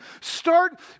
Start